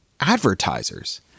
Advertisers